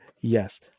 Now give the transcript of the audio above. Yes